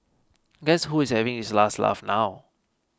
guess who is having his last laugh now